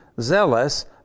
zealous